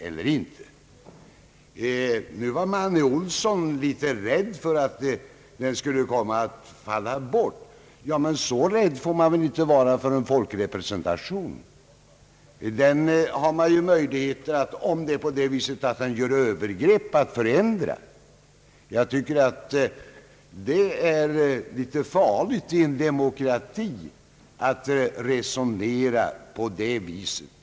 Herr Manne Olsson var litet rädd för att detta skulle komma att falla bort. Så rädd får man inte vara för en folkrepresentation! Om den gör övergrepp har man möjlighet att förändra den. Det är i en demokrati litet farligt att resonera så som herr Manne Olsson gör.